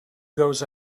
goes